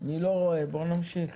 אני לא רואה, בוא נמשיך.